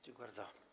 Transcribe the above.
Dziękuję bardzo.